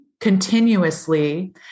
Continuously